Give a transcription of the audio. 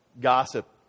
Gossip